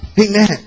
Amen